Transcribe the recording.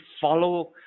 follow